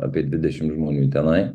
apie dvidešimt žmonių tenai